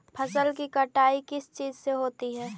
फसल की कटाई किस चीज से होती है?